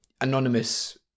anonymous